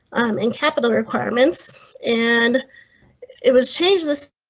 and capital requirements and it was changed this.